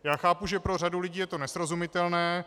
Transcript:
Já chápu, že pro řadu lidí je to nesrozumitelné.